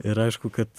ir aišku kad